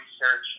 research